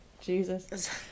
Jesus